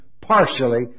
partially